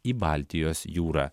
į baltijos jūrą